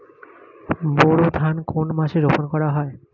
বোরো ধান কোন মাসে রোপণ করা হয়?